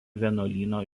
vienuolyno